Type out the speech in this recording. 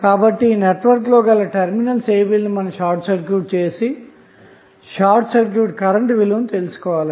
కాబట్టి ఈ నెట్వర్క్లో గల టెర్మినల్స్ ab లను షార్ట్ సర్క్యూట్ చేసి షార్ట్సర్క్యూట్ కరెంట్విలువ తెలుసుకోవాలి